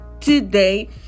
today